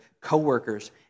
coworkers